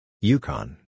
Yukon